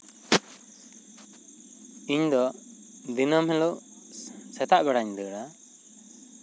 ᱤᱧ ᱫᱚ ᱫᱤᱱᱟᱹᱢ ᱦᱤᱞᱳᱜ ᱥᱮᱛᱟᱜ ᱵᱮᱲᱟᱧ ᱫᱟᱹᱲᱟ